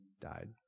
died